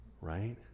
Right